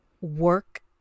work